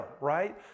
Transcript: right